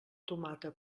tomata